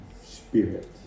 spirit